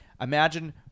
Imagine